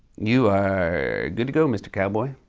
you are good to go, mr. cowboy.